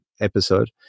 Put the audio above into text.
episode